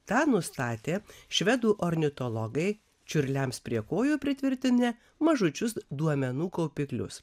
tą nustatė švedų ornitologai čiurliams prie kojų pritvirtinę mažučius duomenų kaupiklius